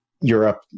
Europe